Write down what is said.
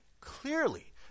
Clearly